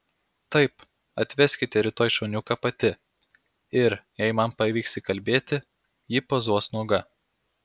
taip atveskite rytoj šuniuką pati ir jei man pavyks įkalbėti ji pozuos nuoga